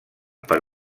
per